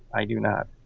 i do not.